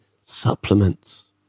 supplements